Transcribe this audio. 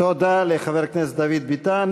תודה לחבר הכנסת דוד ביטן.